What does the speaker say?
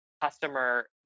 customer